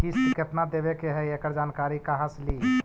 किस्त केत्ना देबे के है एकड़ जानकारी कहा से ली?